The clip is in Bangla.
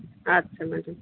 আচ্ছা আচ্ছা ম্যাডাম